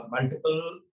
multiple